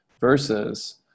versus